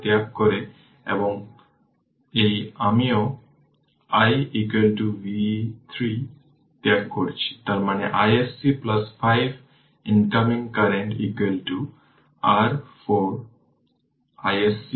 সুতরাং R হল 1 Ω সুতরাং 256 1 e হল v স্কোয়ার এটি হল b স্কোয়ার